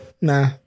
Nah